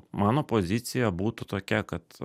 mano pozicija būtų tokia kad